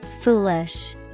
Foolish